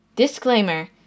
Disclaimer